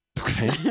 okay